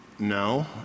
No